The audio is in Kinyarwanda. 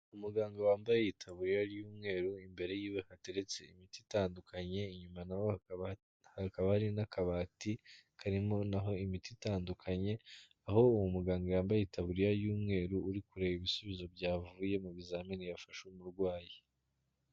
Umuganga wambaye itaburiya y'umweru, imbere y'iwe hateretse imiti itandukanye inyuma naho hakaba hari n'akabati karimo naho imiti itandukanye, aho uwo muganga yambaye itaburiya y'umweru uri kureba ibisubizo byavuye mu bizamini yafashe umurwayi.